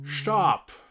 Stop